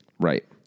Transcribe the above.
Right